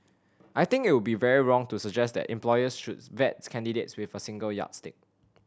I think it would be very wrong to suggest that employers should vet candidates with a single yardstick